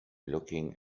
looking